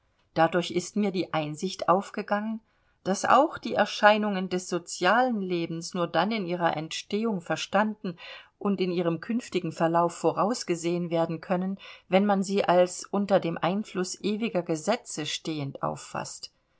dadurch ist mir die einsicht aufgegangen daß auch die erscheinungen des sozialen lebens nur dann in ihrer entstehung verstanden und in ihrem künftigen verlauf vorausgesehen werden können wenn man sie als unter dem einfluß ewiger gesetze stehend auffaßt